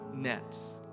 nets